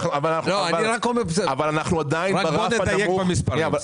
בוא נדייק במספרים.